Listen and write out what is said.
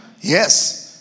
Yes